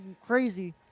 crazy